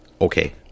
Okay